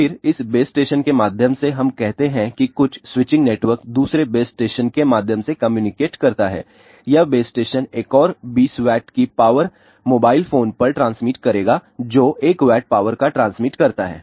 फिर इस base station के माध्यम से हम कहते हैं कि कुछ स्विचिंग नेटवर्क दूसरे बेस स्टेशन के माध्यम से कम्युनिकेट करता है यह बेस स्टेशन एक और 20 W की पावर मोबाइल फोन पर ट्रांसमिट करेगा जो 1 W पावर का ट्रांसमिट करता है